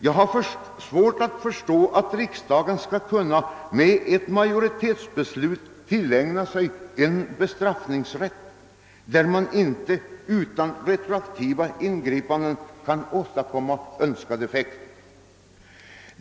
Jag har svårt att förstå att riksdagen skall kunna genom ett majoritetsbeslut genomdriva en bestraffningsrätt, när man inte utan retroaktiva ingripanden kan nå önskad effekt.